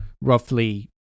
roughly